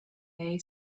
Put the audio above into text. lay